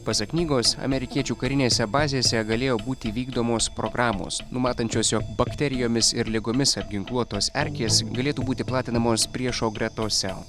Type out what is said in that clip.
pasak knygos amerikiečių karinėse bazėse galėjo būti vykdomos programos numatančios jog bakterijomis ir ligomis apginkluotos erkės galėtų būti platinamos priešo gretose